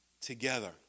together